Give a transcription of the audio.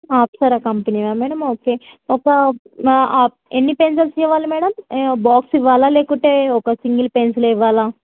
అప్సరా కంపెనియా madam okay ఒక ఎన్ని పెన్సిల్స్ ఇవ్వాలి మేడం బాక్స్ ఇవ్వాలా లేకపోతే ఒక సింగిల్ పెన్సిల్ ఇవ్వాలా